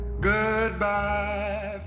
Goodbye